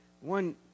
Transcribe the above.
one